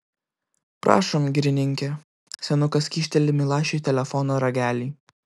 prašom girininke senukas kyšteli milašiui telefono ragelį